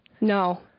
No